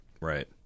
Right